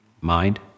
mind